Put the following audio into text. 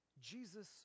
Jesus